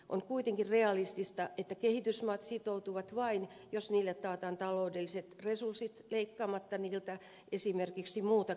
on kuitenkin realistista että kehitysmaat sitoutuvat vain jos niille taataan taloudelliset resurssit leikkaamatta niiltä esimerkiksi muuta kehitysrahoitusta